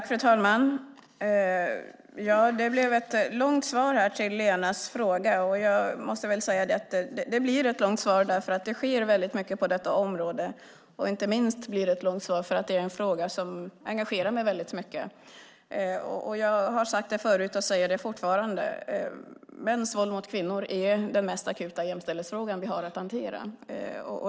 Fru talman! Det blev ett långt svar på Lena Olssons fråga. Det blev ett långt svar därför att det sker väldigt mycket på det här området, och inte minst blev det ett långt svar därför att det är en fråga som engagerar mig väldigt mycket. Jag har sagt det förut och säger det igen: Mäns våld mot kvinnor är den mest akuta jämställdhetsfrågan vi har att hantera.